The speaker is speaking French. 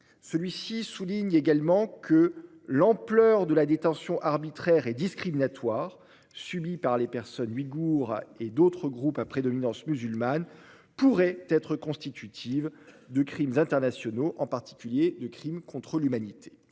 Celui-ci souligne également que l'ampleur de la détention arbitraire et discriminatoire subie par les personnes ouïghoures et d'autres groupes à prédominance musulmane pourrait être constitutive de crimes internationaux, en particulier de crimes contre l'humanité.